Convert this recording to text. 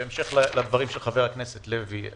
בהמשך לדברים של חבר הכנסת לוי.